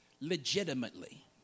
legitimately